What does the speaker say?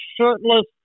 shirtless